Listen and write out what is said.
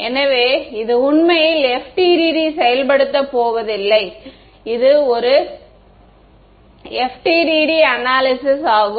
எனவே இது உண்மையில் FDTD செயல்படுத்தப் போவதில்லை இது ஒரு FDTD அனாலிசிஸ் ஆகும்